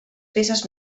peces